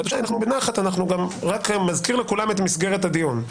אני מזכיר לכולם את מסגרת הדיון.